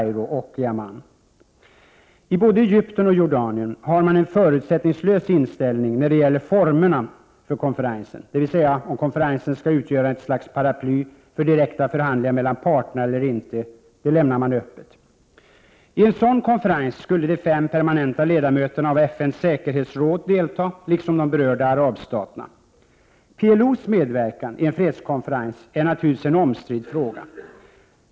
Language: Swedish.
I både Egypten och Jordanien har man en förutsättningslös inställning när det gäller formerna för konferensen. Om konferensen skall utgöra ett slags paraply för direkta förhandlingar mellan parterna eller ej lämnar man öppet. Vid en sådan konferens skulle de-fem permanenta ledamöterna av FN:s säkerhetsråd delta liksom de berörda arabstaterna. PLO:s medverkan i en fredskonferens är naturligtvis en omstridd fråga.